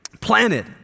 planted